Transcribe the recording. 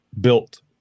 built